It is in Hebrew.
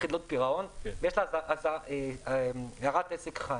בחדלות פירעון ויש לה הערת "עסק חי".